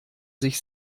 sich